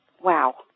Wow